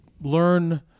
learn